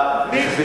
העובדות.